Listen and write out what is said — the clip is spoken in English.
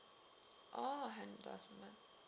orh